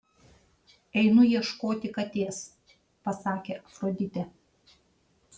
einu ieškoti katės pasakė afroditė